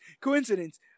Coincidence